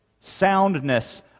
soundness